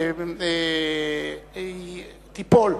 רע"ם תיפול,